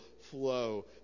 flow